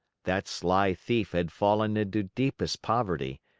that sly thief had fallen into deepest poverty,